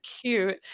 cute